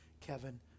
Kevin